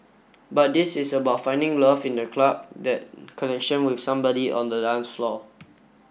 but this is about finding love in the club that connection with somebody on the dance floor